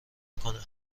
کنه